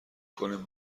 کنیم